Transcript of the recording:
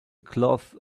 cloth